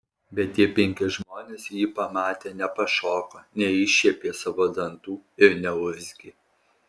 bet tie penki žmonės jį pamatę nepašoko neiššiepė savo dantų ir neurzgė